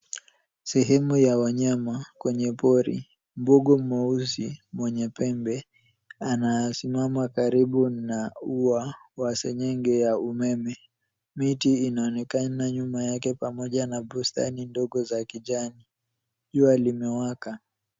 Sehemu ya wanyama kwenye pori, mbogo mweusi mwenye pembe anasimama karibu na ua wa sengenge ya umeme. Miti inaonekana nyuma yake pamoja na bustani ndogo za kijani jua limewaka.